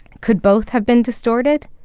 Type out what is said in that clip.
could both have been distorted?